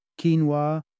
quinoa